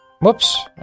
Whoops